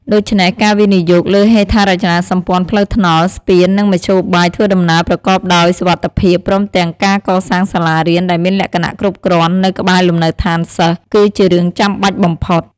ដូច្នេះ ការវិនិយោគលើហេដ្ឋារចនាសម្ព័ន្ធផ្លូវថ្នល់ ស្ពាន និងមធ្យោបាយធ្វើដំណើរប្រកបដោយសុវត្ថិភាព ព្រមទាំងការកសាងសាលារៀនដែលមានលក្ខណៈគ្រប់គ្រាន់នៅក្បែរលំនៅឋានសិស្ស គឺជារឿងចាំបាច់បំផុត។